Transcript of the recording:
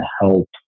help